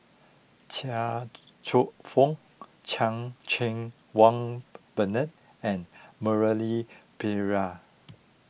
Chia Cheong Fook Chan Cheng Wah Bernard and Murali Pillai